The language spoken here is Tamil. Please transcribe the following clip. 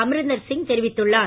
அமிரிந்தர் சிங் தொிவித்துள்ளார்